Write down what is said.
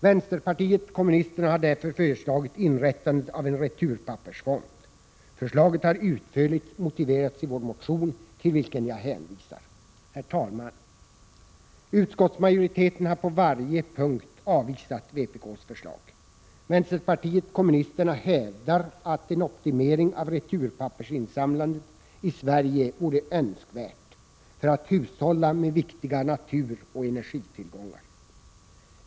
Vänsterpartiet kommunisterna har därför föreslagit inrättandet av en returpappersfond. Förslaget har utförligt motiverats i vår motion, till vilken jag hänvisar. Herr talman! Utskottsmajoriteten har på varje punkt avvisat vpk:s förslag. Vänsterpartiet kommunisterna hävdar att en optimering av returpappersinsamlandet i Sverige vore önskvärd för att vi skall kunna hushålla med viktiga naturoch energitillgångar.